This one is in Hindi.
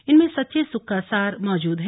इनमें सच्चे सुख का सार मौजूद है